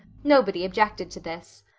nobody objected to this.